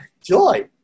joy